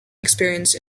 experiences